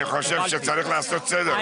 אני חושב שצריך לעשות סדר.